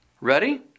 Ready